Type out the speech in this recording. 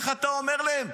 איך אתה אומר להם?